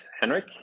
Henrik